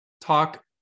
talk